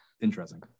interesting